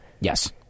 Yes